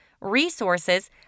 resources